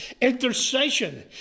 Intercession